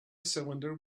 cylinder